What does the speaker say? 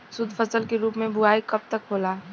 शुद्धफसल के रूप में बुआई कब तक होला?